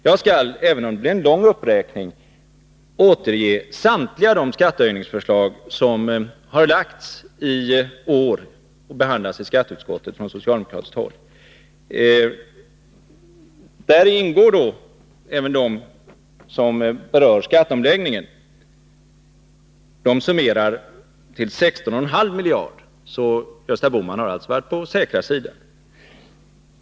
Jag skall, även om det blir en lång uppräkning, återge samtliga de skattehöjningsförslag som från socialdemokratiskt håll har framlagts i år och behandlats i skatteutskot tet. Däri ingår även det som berör skatteomläggningen. Det kan summeras till 16,5 miljarder kronor, och Gösta Bohman har därför varit på den säkra sidan.